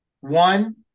one